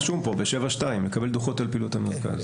רשום פה ב-7(2) מקבל דוחות על פעילות המרכז.